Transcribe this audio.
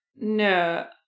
No